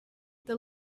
the